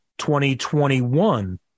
2021